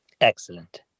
Excellent